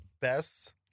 Best